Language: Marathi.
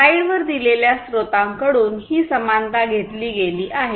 स्लाइड वर दिलेल्या स्रोतांकडून ही समानता घेतली गेली आहे